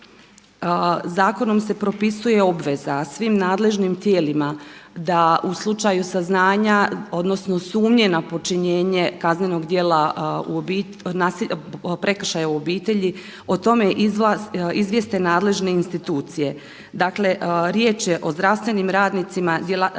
Zakonom se propisuje obveza svim nadležnim tijelima da u slučaju saznanja odnosno sumnja na počinjenje kaznenog djela prekršaja u obitelji o tome izvijeste nadležne institucije. Dakle riječ je o zdravstvenim radnicima, djelatnicima